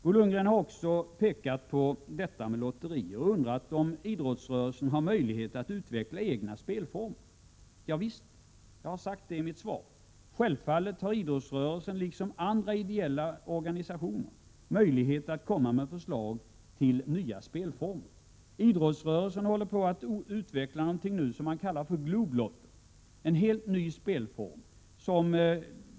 Bo Lundgren har också pekat på detta med lotterier och undrat om idrottsrörelsen har möjlighet att utveckla egna spelformer. Ja visst — jag har sagt det i mitt svar. Idrottsrörelsen har självfallet, liksom andra ideella organisationer, möjlighet att föreslå nya spelformer. Idrottsrörelsen håller på att utveckla något som man kallar Glob-lott, en helt ny spelform.